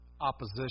Opposition